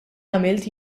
għamilt